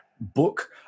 book